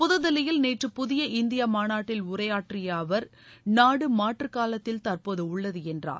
புத்தில்லியில் நேற்று புதிய இந்தியா மாநாட்டில் உரையாற்றிய அவர் நாடு மாற்ற காலத்தில் தற்போது உள்ளது என்றார்